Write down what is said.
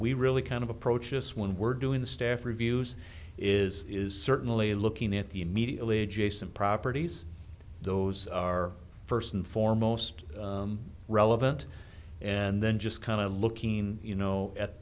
we really kind of approach this when we're doing the staff reviews is is certainly looking at the immediately adjacent properties those are first and foremost relevant and then just kind of looking you know